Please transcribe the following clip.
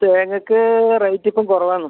തേങ്ങയ്ക്ക് റേറ്റ് ഇപ്പം കുറവാണ്